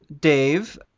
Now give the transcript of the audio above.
Dave